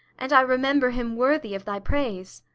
and i remember him worthy of thy praise.